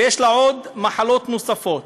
ויש לה מחלות נוספות.